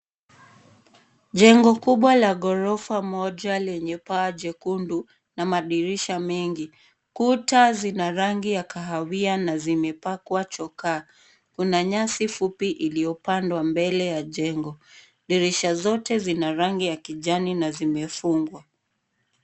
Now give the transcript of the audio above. Jengo kubwa la gorofa moja lenye paa jekundu na madirisha mengi. Kuta zina rangi ya kahawia na zimepakwa chokaa. Kuna nyasi fupi iliyopandwa mbele ya jengo. Dirisha zote zina rangi ya kijani na zimefungwa.